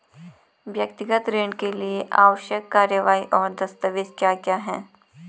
व्यक्तिगत ऋण के लिए आवश्यक कार्यवाही और दस्तावेज़ क्या क्या हैं?